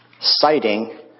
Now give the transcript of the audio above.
citing